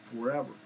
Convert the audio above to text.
forever